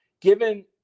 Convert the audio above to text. given